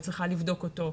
בודקת אותו,